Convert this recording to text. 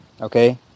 okay